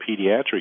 pediatric